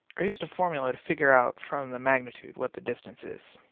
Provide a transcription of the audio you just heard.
i used a formula to figure out from the magnitude what the distance is.